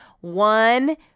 One